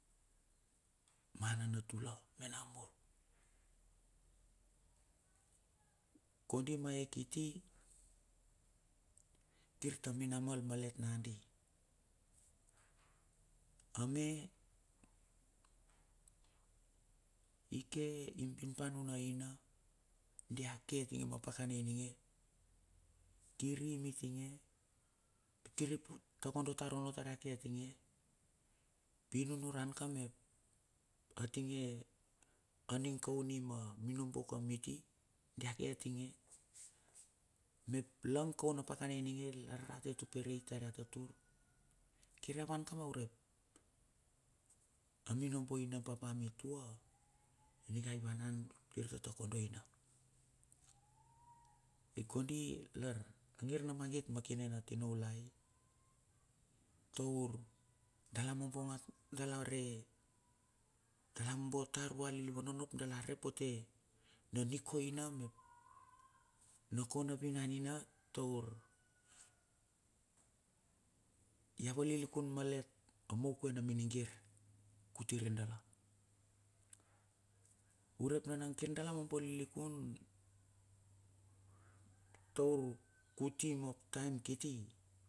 Ma nanatu la me nabur. Kondi ma yea kiti, kir ta minamal malet nadi. A me i ke i bin pa nuna ina dia ke tinge ma pakana ininge, kir i mitinge, kir i takodo tar onno tar ya ke tinge. Pi nunuran ka map atinge aning kauni ma minobo ka miti dia ke tinge. Mep lan ko na pakana ininge la rarate tuperei tar ya tatur, kir ai van tama urep aminoboi na papa mitua ininga i wanan kir ta takondoi na, i kondi lar angir na magit ma kine na tinoulai. Taur dala mobo at, dala rei dalamobo tar vualilivan onno ap dala repote na nikoina mep na kona vinan ina taur ya valilikun malet a moakua na minigir kuti riendala. Urep nana kir dala mobo lilikun taur kuti ma taem kiti.